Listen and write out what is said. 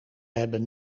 hebben